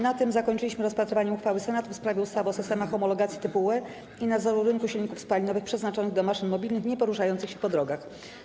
Na tym zakończyliśmy rozpatrywanie uchwały Senatu w sprawie ustawy o systemach homologacji typu UE i nadzoru rynku silników spalinowych przeznaczonych do maszyn mobilnych nieporuszających się po drogach.